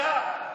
בושה.